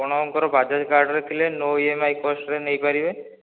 ଆପଣଙ୍କର ବାଜାଜ୍ କାର୍ଡରେ ଥିଲେ ନୋ ଇ ଏମ୍ ଆଇ କସ୍ଟରେ ନେଇପାରିବେ